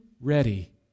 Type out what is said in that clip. ready